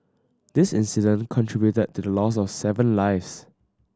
this incident contributed to the loss of seven lives